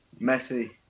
Messi